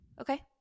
Okay